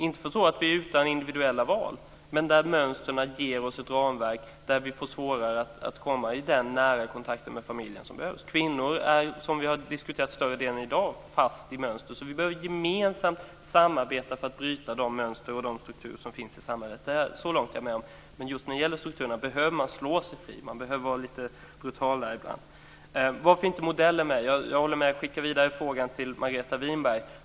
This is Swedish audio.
Det är inte så att vi är utan individuella val men mönstren ger oss ett ramverk som är sådant att vi får svårare att komma i den nära kontakt med familjen som behövs. Kvinnor är, som större delen av diskussionen i dag handlat om, fast i mönster, så vi behöver gemensamt arbeta på att bryta de mönster och strukturer som finns i samhället. Så långt håller jag med. Men just när det gäller strukturerna behöver man slå sig fri. Ibland behöver man också vara lite brutalare. Varför är inte modeller med? frågar Margareta Andersson. Jag håller med där och skickar frågan vidare till Margareta Winberg.